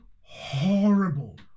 horrible